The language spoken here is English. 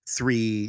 three